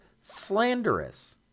slanderous